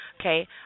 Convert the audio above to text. okay